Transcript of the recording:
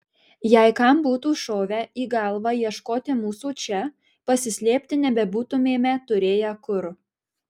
jei kam būtų šovę į galvą ieškoti mūsų čia pasislėpti nebebūtumėme turėję kur